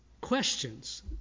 questions